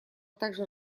также